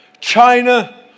China